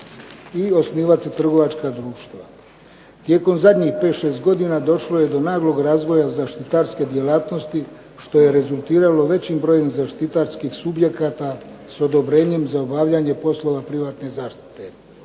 i osnivati trgovačka društva. Tijekom zadnjih pet šest godina došlo je do naglog razvoja zaštitarske djelatnosti što je rezultiralo većim brojem zaštitarskih subjekata s odobrenjem za obavljanje poslova privatne zaštite.